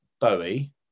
Bowie